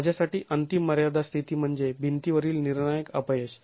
माझ्यासाठी अंतिम मर्यादा स्थिती म्हणजे भिंतीवरील निर्णायक अपयश